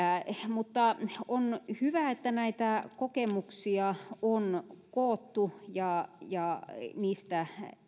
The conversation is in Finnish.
on hyvä että näitä kokemuksia on koottu ja ja niistä